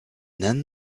then